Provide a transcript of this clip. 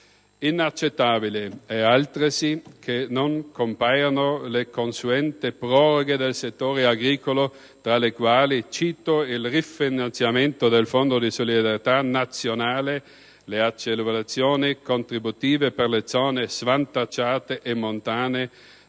Inaccettabile è altresì il fatto che non compaiano le consuete proroghe del settore agricolo, tra le quali cito il rifinanziamento del Fondo di solidarietà nazionale, le agevolazioni contributive per le zone svantaggiate e montane,